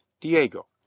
diego